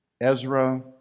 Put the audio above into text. ezra